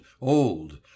old